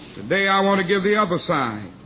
today i want to give the other side.